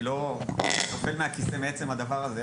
אני לא נופל מכיסא מעצם הדבר הזה,